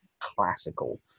classical